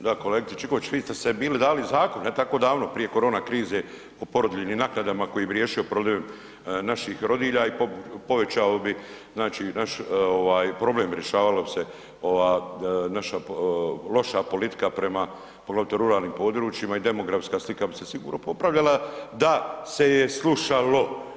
Gledajte kolegice Čikotić, vi ste sad bili dali zakone, ne tako davno, prije korona krize o porodiljnim naknadama koji bi riješio problem naših rodilja i povećao bi znači naš ovaj problem, rješavalo bi se ova naša loša politika prema pogotovo ruralnim područjima i demografska slika bi se sigurno popravljala da se je slušalo.